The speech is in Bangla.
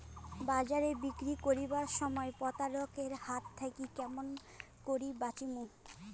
বাজারে বিক্রি করিবার সময় প্রতারক এর হাত থাকি কেমন করি বাঁচিমু?